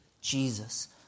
Jesus